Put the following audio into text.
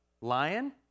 Lion